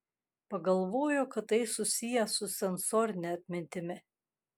pagalvojo kad tai susiję su sensorine atmintimi